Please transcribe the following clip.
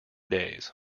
days